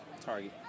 Target